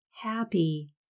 happy